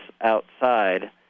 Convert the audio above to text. outside